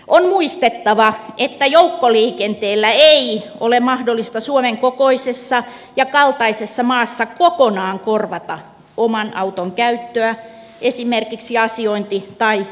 on muistettava että joukkoliikenteellä ei ole mahdollista suomen kokoisessa ja kaltaisessa maassa kokonaan korvata oman auton käyttöä esimerkiksi asiointi tai työmatkaliikenteessä